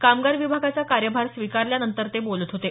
कामगार विभागाचा कार्यभार स्वीकारल्यानंतर ते बोलत होते